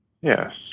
Yes